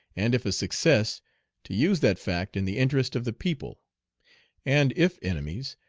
and if a success to use that fact in the interest of the people and if enemies,